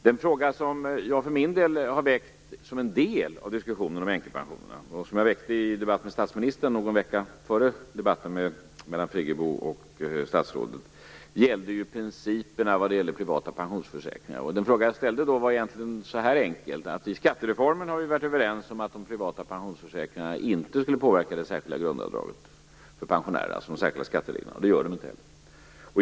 Den fråga som jag för min del har lyft fram som en del i diskussionen om änkepensionerna, och som jag tog upp i en debatt med statsministern någon vecka före debatten mellan Friggebo och statsrådet, gäller principerna för privata pensionsförsäkringar. Den fråga jag ställde var egentligen enkel. I skattereformen har vi varit överens om att de privata pensionsförsäkringarna inte skulle påverka det särskilda grundavdraget, de särskilda skattereglerna för pensionärer. Det gör de inte heller.